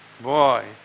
Boy